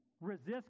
Resist